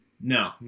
no